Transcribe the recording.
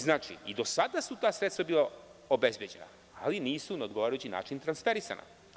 Znači, i do sada su ta sredstva bila obezbeđena, ali nisu na odgovarajući način transferisana.